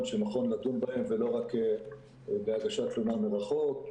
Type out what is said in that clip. שנכון לדון בהם ולא רק בהגשת תלונה מרחוק.